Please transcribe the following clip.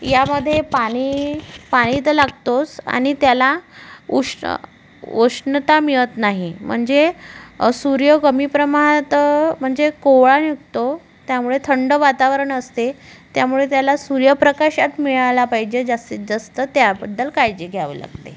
यामध्ये पाणी पाणी तर लागतोस आणि त्याला उष्ण उष्णता मिळत नाही म्हणजे सूर्य कमी प्रमाणात म्हणजे कोवळा निघतो त्यामुळे थंड वातावरण असते त्यामुळे त्याला सूर्यप्रकाशात मिळाला पाहिजे जास्तीत जास्त त्याबद्दल काळजी घ्यावी लागते